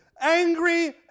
Angry